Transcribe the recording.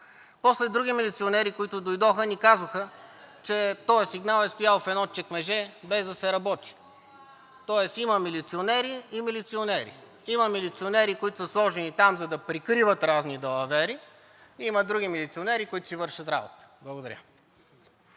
После други милиционери, които дойдоха, ни казаха, че този сигнал е стоял в едно чекмедже, без да се работи. Тоест има милиционери и милиционери. Има милиционери, които са сложени там, за да прикриват разни далавери. Има други милиционери, които си вършат работата. Благодаря.